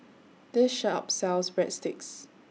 This Shop sells Breadsticks